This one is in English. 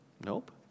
Nope